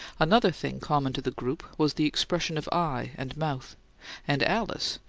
another thing common to the group was the expression of eye and mouth and alice,